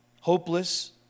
hopeless